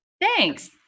Thanks